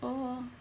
orh